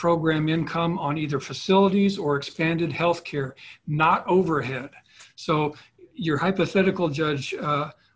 program income on either facilities or expanded health care not overhead so your hypothetical judge